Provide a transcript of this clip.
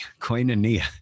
koinonia